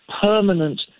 permanent